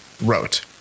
wrote